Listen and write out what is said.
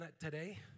today